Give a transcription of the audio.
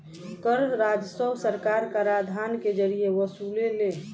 कर राजस्व सरकार कराधान के जरिए वसुलेले